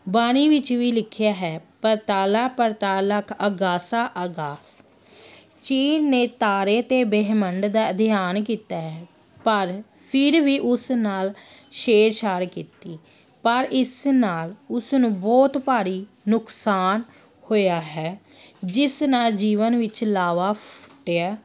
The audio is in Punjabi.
ਬਾਣੀ ਵਿੱਚ ਵੀ ਲਿਖਿਆ ਹੈ ਪਾਤਾਲਾ ਪਾਤਾਲ ਲੱਖ ਅਗਾਸਾ ਆਗਾਸ ਚੀਨ ਨੇ ਤਾਰੇ ਅਤੇ ਬ੍ਰਹਿਮੰਡ ਦਾ ਅਧਿਐਨ ਕੀਤਾ ਹੈ ਪਰ ਫਿਰ ਵੀ ਉਸ ਨਾਲ ਛੇੜ ਛਾੜ ਕੀਤੀ ਪਰ ਇਸ ਨਾਲ ਉਸ ਨੂੰ ਬਹੁਤ ਭਾਰੀ ਨੁਕਸਾਨ ਹੋਇਆ ਹੈ ਜਿਸ ਨਾਲ ਜੀਵਨ ਵਿੱਚ ਲਾਵਾ ਫੁੱਟਿਆ